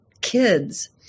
kids